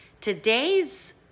Today's